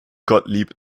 gottlieb